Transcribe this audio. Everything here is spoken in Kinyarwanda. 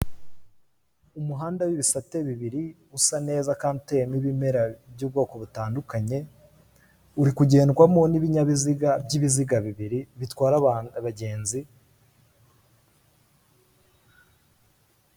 Umuhanda w'ibisate bibiri usa neza kandi uteyemo ibimera by'ubwoko butandukanye uri kugendwamo n'ibinyabiziga by'ibiziga bibiri bitwara abantu abagenzi.